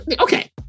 okay